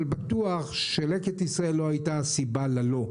בטוח שלקט ישראל לא הייתה הסיבה ל"לא",